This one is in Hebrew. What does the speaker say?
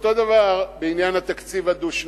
ואותו הדבר בעניין התקציב הדו-שנתי.